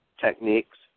techniques